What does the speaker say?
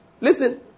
Listen